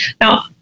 Now